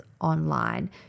online